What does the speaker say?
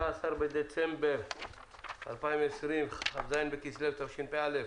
היום 13 בדצמבר 2020, כ"ז בכסלו התשפ"א.